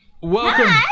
Welcome